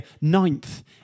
ninth